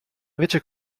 invece